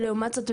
לעומת זאת,